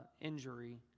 injury